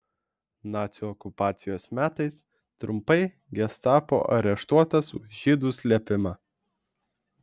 nacių okupacijos metais trumpai gestapo areštuotas už žydų slėpimą